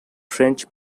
french